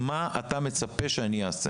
מה אתה מצפה שאי אעשה.